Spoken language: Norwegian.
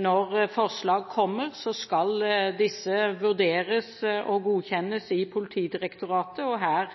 Når forslag kommer, skal disse vurderes og godkjennes i Politidirektoratet, og her